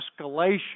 escalation